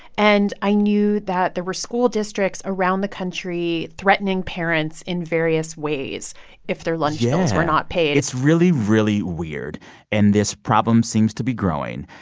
and i knew that there were school districts around the country threatening parents in various ways if their lunch meals were not paid yeah. it's really, really weird and this problem seems to be growing.